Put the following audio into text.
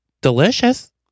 delicious